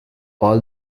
all